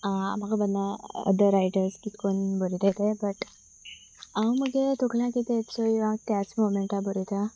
म्हाका other writers कितकोन बरयताय ते बट हांव म्हगे तोकल्यांक कितें येता चोय त्याच मुमेंटा हांव बरयतां